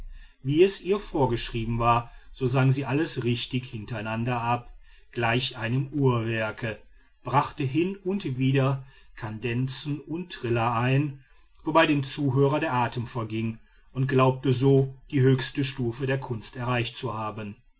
wie es ihr vorgeschrieben war so sang sie alles richtig hintereinander ab gleich einem uhrwerke brachte hin und wieder kadenzen und triller an wobei dem zuhörer der atem verging und glaubte so die höchste stufe der kunst erreicht zu haben